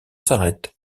s’arrête